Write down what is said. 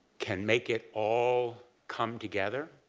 can make it all come together